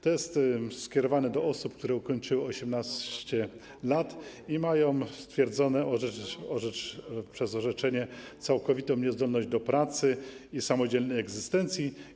To jest skierowane do osób, które ukończyły 18 lat i mają stwierdzoną w formie orzeczenia całkowitą niezdolność do pracy i samodzielnej egzystencji.